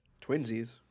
Twinsies